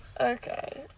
Okay